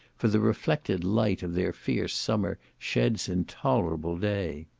for the reflected light of their fierce summer sheds intolerable day.